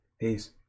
Peace